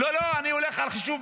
לא לא, אני הולך על חישוב